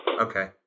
Okay